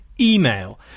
email